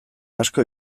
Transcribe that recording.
asko